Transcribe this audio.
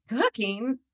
cooking